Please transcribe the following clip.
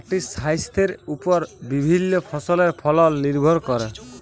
মাটির স্বাইস্থ্যের উপর বিভিল্য ফসলের ফলল লির্ভর ক্যরে